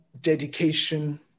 Dedication